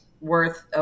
worth